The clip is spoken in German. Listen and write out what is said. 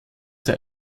der